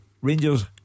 Rangers